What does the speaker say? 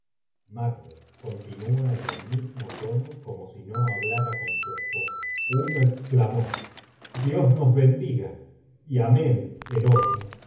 continúa en el mismo tono como si no hablara con su macbeth f'sposa uno exclamó dios nos bendiga y amén el otro